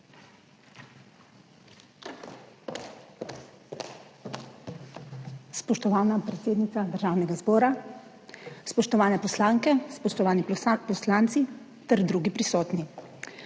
Spoštovana podpredsednica Državnega zbora, spoštovane poslanke, spoštovani poslanci ter drugi prisotni!